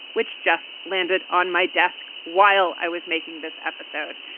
which just landed on my desk while i was making this episode.